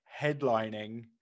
headlining